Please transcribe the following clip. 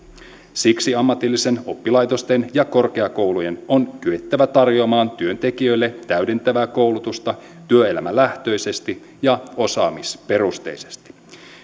siksi ammatillisten oppilaitosten ja korkeakoulujen on kyettävä tarjoamaan työntekijöille täydentävää koulutusta työelämälähtöisesti ja osaamisperusteisesti